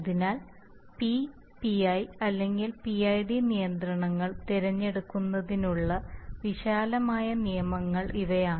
അതിനാൽ P PI അല്ലെങ്കിൽ PID നിയന്ത്രണങ്ങൾ തിരഞ്ഞെടുക്കുന്നതിനുള്ള വിശാലമായ നിയമങ്ങൾ ഇവയാണ്